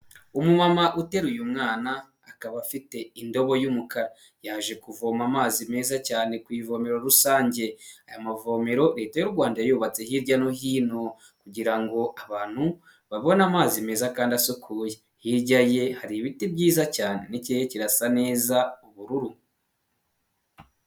Umumama uteruye mwana akaba afite indobo y'umukara, yaje kuvoma amazi meza cyane ku ivomero rusange, aya mavomero leta y'u Rwanda yubatse hirya no hino kugira abantu babone amazi meza kandi asukuye, hirya ye hari ibiti byiza cyane n'ikirere kirasa neza ubururu.